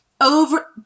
over